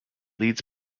leads